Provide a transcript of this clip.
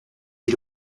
dit